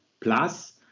plus